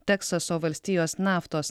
teksaso valstijos naftos